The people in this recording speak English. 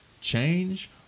change